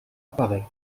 apparaît